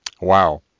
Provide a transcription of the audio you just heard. wow